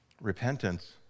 Repentance